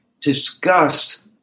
discuss